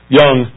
young